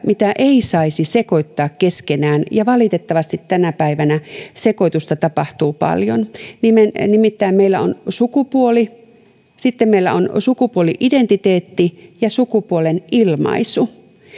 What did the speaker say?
mitä ei saisi sekoittaa keskenään ja valitettavasti tänä päivänä sekoitusta tapahtuu paljon nimittäin meillä on sukupuoli sitten meillä on sukupuoli identiteetti ja sukupuolen ilmaisu